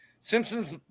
Simpsons